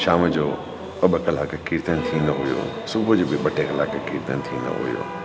शाम जो ॿ ॿ कलाक कीर्तन थींदो हुयो सुबुह जो बि ॿ टे कलाक कीर्तन थींदो हुयो